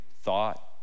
thought